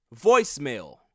voicemail